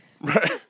Right